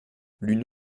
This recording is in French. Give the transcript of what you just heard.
l’une